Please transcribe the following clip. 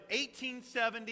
1870